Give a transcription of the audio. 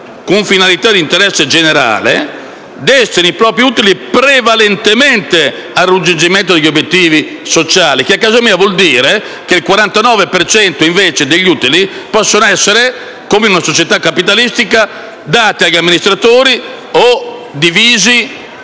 con finalità di interesse generale, destini i propri utili «prevalentemente» al raggiungimento degli obiettivi sociali, che a casa mia significa che il 49 per cento degli utili possono essere, invece, come in una società capitalistica, dati agli amministratori o divisi